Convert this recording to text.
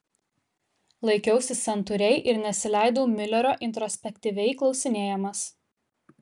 laikiausi santūriai ir nesileidau miulerio introspektyviai klausinėjamas